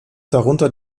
darunter